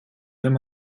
wenn